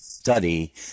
study